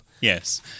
Yes